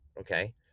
Okay